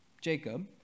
Jacob